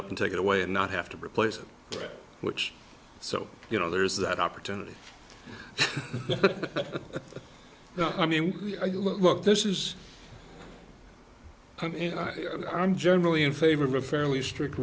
up and take it away and not have to replace it which so you know there is that opportunity i mean look this is i mean i'm generally in favor of a fairly strict